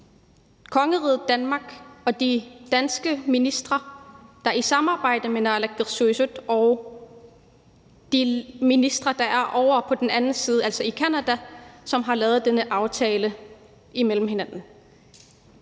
kongeriget Danmark og de danske ministre i samarbejde med naalakkersuisut og de ministre, der er ovre på den anden side, altså i Canada. I den her overenskomst er det